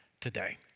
today